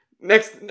Next